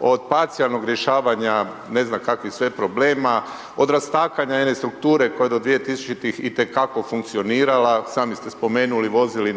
od parcijalnog rješavanja ne znam kakvih sve problema, od rastakanja jedne strukture koja do 2000.-ih itekako funkcionirala, sami ste spomenuli, vozili